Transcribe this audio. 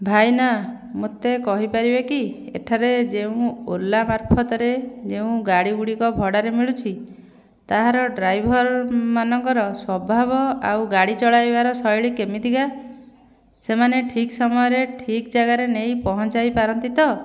ଭାଇନା ମୋତେ କହି ପାରିବେକି ଏଠାରେ ଯେଉଁ ଓଲା ମାର୍ଫତରେ ଯେଉଁ ଗାଡ଼ି ଗୁଡ଼ିକ ଭଡ଼ାରେ ମିଳୁଛି ତାହାର ଡ୍ରାଇଭରମାନଙ୍କର ସ୍ୱଭାବ ଆଉ ଗାଡ଼ି ଚଳାଇବାର ଶୈଳୀ କେମିତିକା ସେମାନେ ଠିକ୍ ସମୟରେ ଠିକ୍ ଜାଗାରେ ନେଇ ପହଞ୍ଚାଇ ପାରନ୍ତି ତ